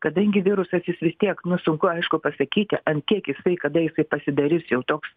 kadangi virusas jis vis tiek nu sunku aišku pasakyti an kiek jisai kada jisai pasidarys jau toks